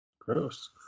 gross